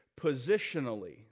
positionally